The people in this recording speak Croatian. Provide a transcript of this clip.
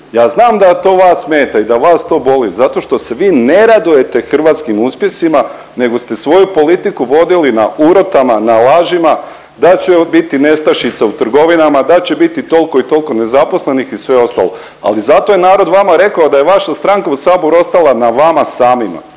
Ja znam da to vas smeta i da vas to boli zato što se vi ne radujete hrvatskim uspjesima nego ste svoju politiku vodili na urotama, na lažima da će biti nestašica u trgovinama, da će biti toliko i toliko nezaposlenih i sve ostalo, ali zato je narod vama rekao da je vaša stranka u saboru ostala na vama samima.